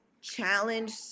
challenge